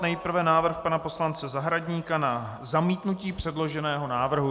Nejprve návrh pana poslance Zahradníka na zamítnutí předloženého návrhu.